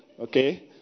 okay